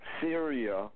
Syria